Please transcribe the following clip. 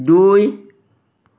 দুই